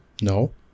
No